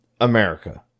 America